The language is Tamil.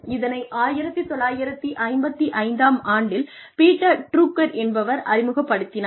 இதனை 1955 ஆம் ஆண்டில் பீட்டர் ட்ரூக்கர் என்பவர் அறிமுகப்படுத்தினார்